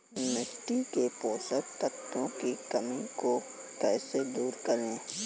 मिट्टी के पोषक तत्वों की कमी को कैसे दूर करें?